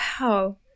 wow